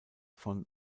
von